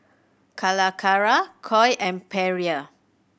Calacara Koi and Perrier